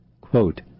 Quote